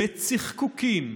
בצחקוקים,